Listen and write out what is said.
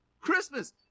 Christmas